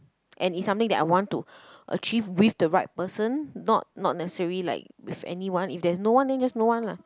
and is something that I want to achieve with the right person not not necessary like with anyone if there's no one just no one lah